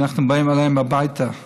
שאנחנו באים אליהם הביתה לחסן.